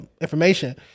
information